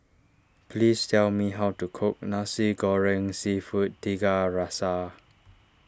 please tell me how to cook Nasi Goreng Seafood Tiga Rasa